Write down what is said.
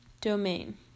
Domain